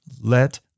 let